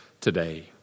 today